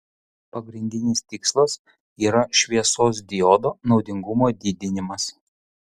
pagrindinis tikslas yra šviesos diodo naudingumo didinimas